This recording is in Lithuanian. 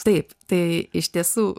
taip tai iš tiesų